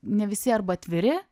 ne visi arba atviri